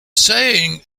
saying